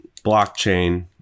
Blockchain